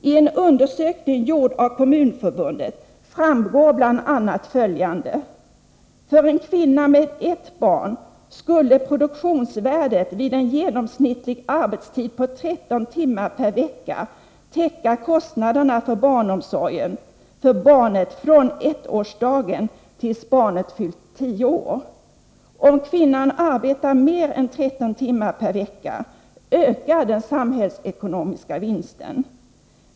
I en undersökning gjord av Kommunförbundet framgår bl.a. följande: För en kvinna med ett barn skulle produktionsvärdet vid en genomsnittlig arbetstid på 13 timmar per vecka täcka kostnaderna för barnomsorgen för barnet från ettårsdagen tills barnet fyllt tio år. Om kvinnan arbetar mer än 13 timmar per vecka ökar den samhällsekonomiska vinsten.